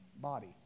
body